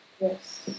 Yes